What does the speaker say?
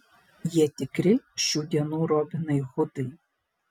jie tikri šių dienų robinai hudai